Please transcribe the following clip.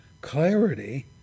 clarity